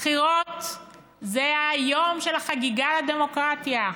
הבחירות הן היום של החגיגה לדמוקרטיה.